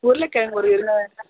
உருளைக்கிழங்கு ஒரு